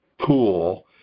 pool